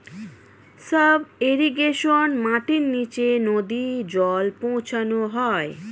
sub irrigation মাটির নিচে নদী জল পৌঁছানো হয়